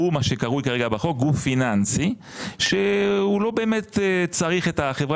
הוא מה שקרוי כרגע בחוק גוף פיננסי שהוא לא באמת צריך את החברה